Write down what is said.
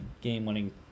Game-winning